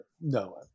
No